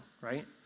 right